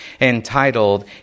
entitled